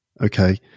Okay